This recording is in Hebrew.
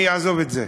אני אעזוב את זה.